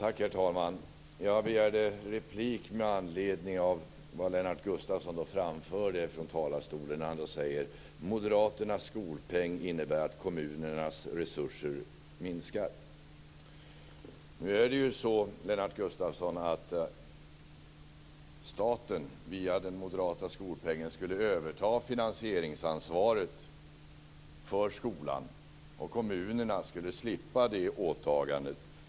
Herr talman! Jag begärde replik med anledning av att Lennart Gustavsson från talarstolen framförde att moderaternas skolpeng innebär att kommunernas resurser minskar. Nu är det ju så, Lennart Gustavsson, att staten via den moderata skolpengen skulle överta finansieringsansvaret för skolan, och kommunerna skulle slippa det åtagandet.